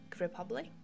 Republic